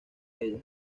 ella